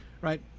right